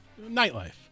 nightlife